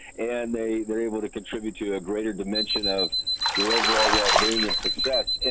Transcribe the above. and they they are able to contribute to a greater dimension of your overall wellbeing and success.